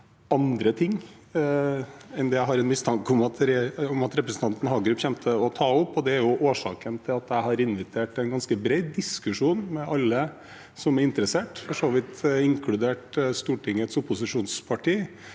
andre ting enn det jeg har en mistanke om at representanten Hagerup kommer til å ta opp. Det er årsaken til at jeg har invitert til en ganske bred diskusjon med alle som er interessert, for så vidt inkludert Stortingets opposisjonspartier,